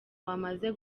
wamaze